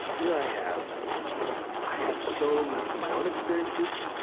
here i have i have so um from my own experiences,